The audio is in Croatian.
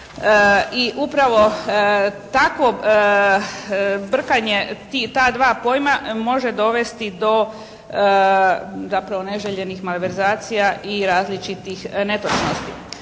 I upravo takvo brkanje ta dva pojma može dovesti do zapravo neželjenih malverzacija i različitih netočnosti.